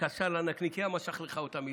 קשר לנקניקייה, משך לך אותה מלמטה.